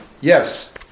Yes